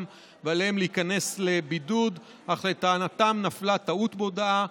ועליהם להיכנס לבידוד אך לטענתם נפלה טעות בהודעה.